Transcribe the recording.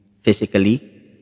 physically